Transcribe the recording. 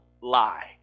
lie